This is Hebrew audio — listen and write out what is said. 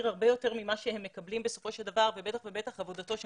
הרבה יותר ממה שהם מקבלים ובטח לציין את עבודתו של